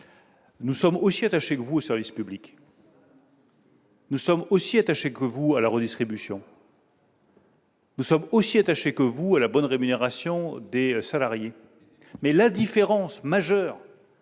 Nous sommes aussi attachés que vous aux services publics, nous sommes aussi attachés que vous à la redistribution, nous sommes aussi attachés que vous à la bonne rémunération des salariés, ... Et des fonctionnaires